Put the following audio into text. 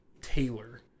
Taylor